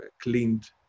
cleaned